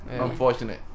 Unfortunate